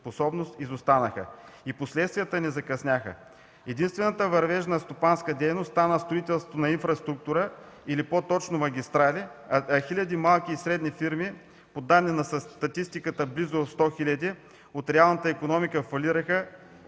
изостанаха. И последствията не закъсняха. Единствената вървежна стопанска дейност стана строителството на инфраструктура или по-точно – магистрали, а хиляди малки и средни фирми, по данни на статистиката близо 100 хиляди от реалната икономика, фалираха.